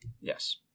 Yes